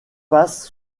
passe